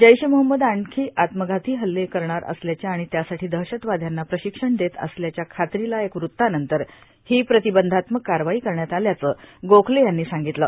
जैश ए मोहम्मद आणखी आत्मघाती हल्ले करणार असल्याच्या आणि त्यासाठी दहशतवाद्यांना प्रशिक्षण देत असल्याच्या खात्रीलायक वृत्तानंतर ही प्रतिबंधात्मक कारवाई करण्यात आल्याचं गोखले यांनी सांगितलं